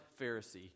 Pharisee